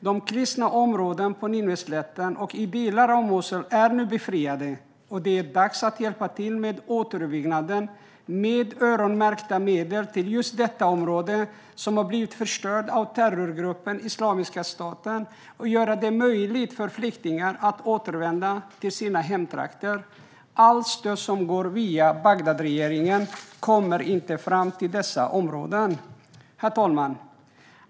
De kristna områdena på Nineveslätten och delar av Mosul är nu befriade, och det är dags att hjälpa till med återuppbyggnaden med öronmärkta medel till just detta område som har blivit förstört av terrorgruppen Islamiska staten. Det är dags att göra det möjligt för flyktingar att återvända till sina hemtrakter. Allt stöd som går via Bagdadregeringen kommer inte fram till dessa områden. Herr talman!